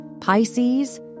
Pisces